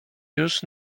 już